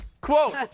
Quote